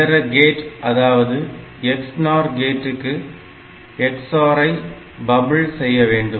இதர கேட் அதாவது XNOR கேட்டுக்கு XOR ஐ பபிள் செய்ய வேண்டும்